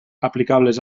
aplicables